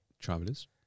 Travelers